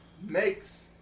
makes